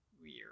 weird